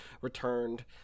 returned –